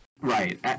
right